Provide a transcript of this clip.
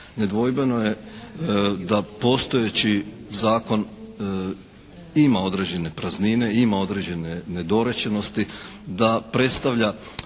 Nedvojbeno je da postojeći zakon ima određene praznine, ima određene nedorečenosti, da predstavlja,